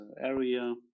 area